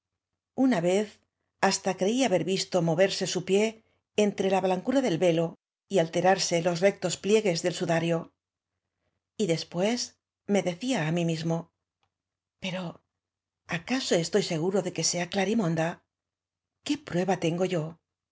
una vez hasta creí haber visto moverse su pie entre la blancura del velo y alterarse los rectos pliegues del sudario y después me decía á m í mismo pero acaso estoy seguro de que sea clarimonda qué prueba tengo yo